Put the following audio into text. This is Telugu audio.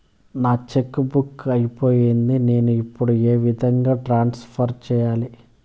నా చెక్కు బుక్ అయిపోయింది నేను ఇప్పుడు ఏ విధంగా ట్రాన్స్ఫర్ సేయాలి?